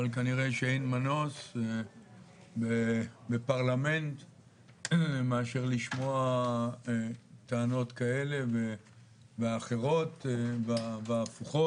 אבל כנראה שאין מנוס בפרלמנט מאשר לשמוע טענות כאלה ואחרות והפוכות.